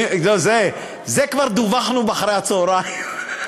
זה כבר דיווחנו, אחרי-הצהריים.